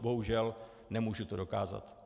Bohužel nemůžu to dokázat.